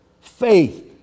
faith